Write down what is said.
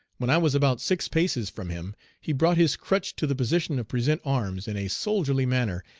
when i was about six paces from him he brought his crutch to the position of present arms, in a soldierly manner,